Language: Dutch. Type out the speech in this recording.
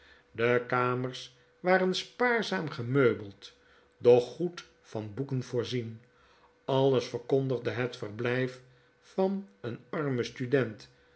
de kamers waren spaarzaam gemeubeld doch goed van boeken voorzien alles verkondigde net verblyf van een armen student